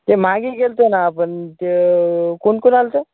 ते मागे गेलो होतो ना आपण ते कोणकोण आलं होतं